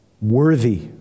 worthy